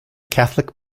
catholic